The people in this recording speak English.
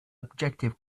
objective